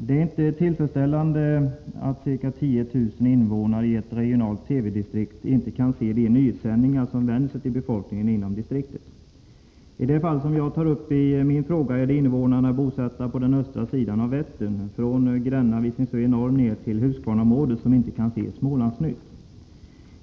Det är inte tillfredsställande att ca 10 000 invånare i ett regionalt TV-distrikt inte kan se de nyhetssändningar som vänder sig till befolkningen inom distriktet. I det fall som jag tar upp i min fråga kan de invånare som är bosatta på den östra sidan av Vättern, från Gränna-Visingsö i norr och ned till Huskvarnaområdet, inte se Smålandsnytt.